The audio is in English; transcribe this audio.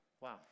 Wow